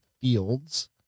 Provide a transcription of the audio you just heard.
Fields